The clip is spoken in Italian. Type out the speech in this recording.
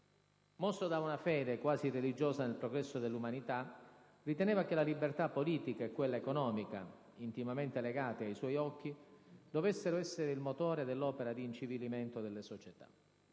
Mosso da una fede quasi religiosa nel progresso dell'umanità, riteneva che la libertà politica e quella economica, intimamente legate ai suoi occhi, dovessero essere il motore dell'opera di «incivilimento» delle società.